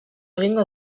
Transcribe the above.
egingo